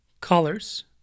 Colors